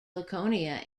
laconia